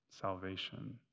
salvation